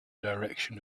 direction